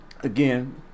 again